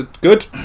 Good